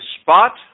spot